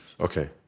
Okay